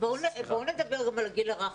בואו נדבר גם על הגיל הרך,